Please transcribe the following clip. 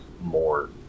more